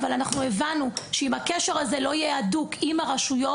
אבל אנחנו הבנו שאם הקשר הזה לא יהיה אדוק עם הרשויות,